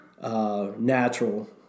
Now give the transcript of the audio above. Natural